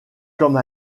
comme